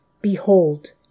Behold